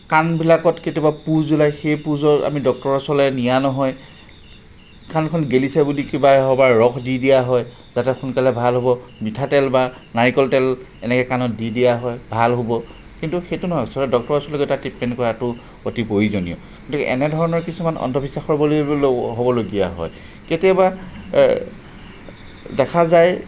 কাণবিলাকত কেতিয়াবা পুজ ওলাই সেই পোজৰ আমি ডক্তৰৰ ওচৰলৈ নিয়া নহয় কাণখন গেলিছে বুলি কিবা এসোপাৰ ৰস দি দিয়া হয় যাতে সোনকালে ভাল হ'ব মিঠাতেল বা নাৰিকল তেল এনেকৈ কাণত দি দিয়া হয় ভাল হ'ব কিন্তু সেইটো নহয় ওচৰৰ ডক্তৰৰ ওচৰলৈ গৈ তাক ট্ৰিটমেণ্ট কৰাতো অতি প্ৰয়োজনীয় গতিকে এনেধৰণৰ কিছুমান অন্ধবিশ্বাসৰ বলী হ'বলগীয়া হয় কেতিয়াবা দেখা যায়